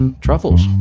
Truffles